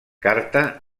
carta